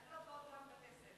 רק לא בעולם הכסף.